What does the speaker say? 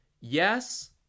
yes